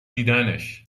دیدنش